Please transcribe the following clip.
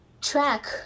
track